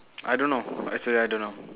I don't know actually I don't know